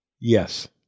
Yes